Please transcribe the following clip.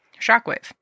shockwave